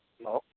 hello